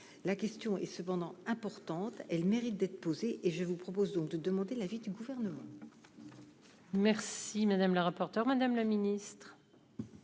la question est cependant importantes, elle mérite d'être posée et je vous propose donc de demander l'avis du gouvernement. Merci madame la rapporteure, Madame le ministre.